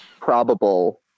probable